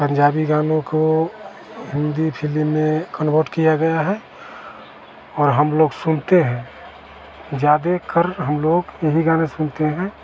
पंजाबी गानों को हिन्दी फिलिम में कन्वर्ट किया गया है और हम लोग सुनते हैं ज़्यादा कर हम लोग यही गाने सुनते हैं